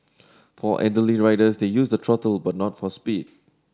for elderly riders to use the throttle but not for speed